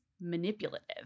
manipulative